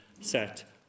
set